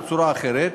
בצורה אחרת,